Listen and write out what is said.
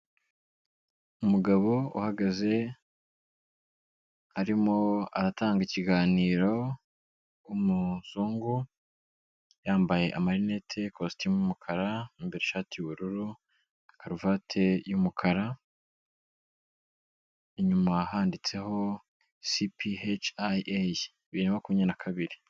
Umugabo uhagaze arimo aratanga ikiganiro, umuzungu yambaye amarinete, ikositimu y'umukara imbere ishati y'ubururu na karuvati y'umukara. Inyuma handitseho CPHIA bibiri na maku na kabiri.